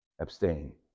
abstain